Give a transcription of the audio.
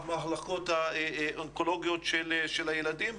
במחלקות האונקולוגיות של הילדים,